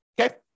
Okay